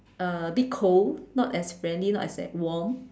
uh a bit cold not as friendly not as that warm